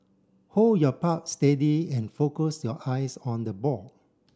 hold your steady and focus your eyes on the ball